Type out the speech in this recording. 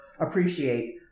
appreciate